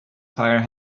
fire